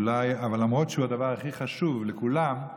למרות שהוא הדבר הכי חשוב לכולם,